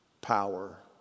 power